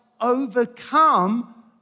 overcome